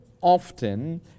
often